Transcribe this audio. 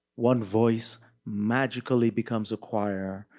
one voice magically becomes a choir,